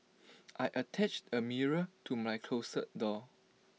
I attached A mirror to my closet door